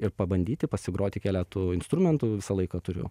ir pabandyti pasigroti keletu instrumentų visą laiką turiu